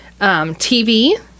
TV